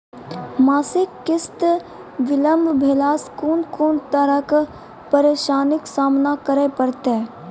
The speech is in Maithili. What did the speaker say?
मासिक किस्त बिलम्ब भेलासॅ कून कून तरहक परेशानीक सामना करे परतै?